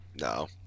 No